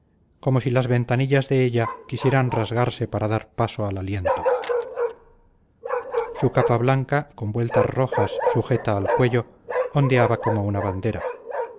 como si las ventanillas de ella quisieran rasgarse para dar paso al aliento su capa blanca con vueltas rojas sujeta al cuello ondeaba como una bandera